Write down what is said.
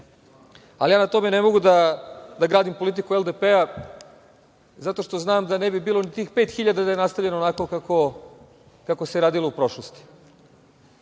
Ali ja na tome ne mogu da gradim politiku LDP zato što znam da ne bi bilo ni tih 5.000 da je nastavljeno onako kako se radilo u prošlosti. Ako